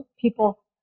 People